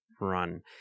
run